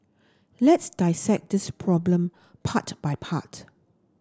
let's dissect this problem part by part